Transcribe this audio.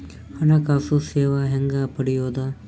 ಹಣಕಾಸು ಸೇವಾ ಹೆಂಗ ಪಡಿಯೊದ?